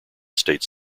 states